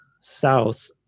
south